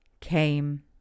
came